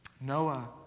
Noah